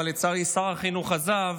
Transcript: לצערי שר החינוך עזב,